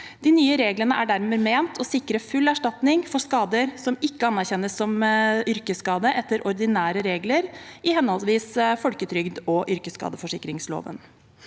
De nye reglene er dermed ment å sikre full erstatning for skader som ikke anerkjennes som yrkesskade etter ordinære regler i henholdsvis folketrygdloven og yrkesskadeforsikringsloven.